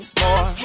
more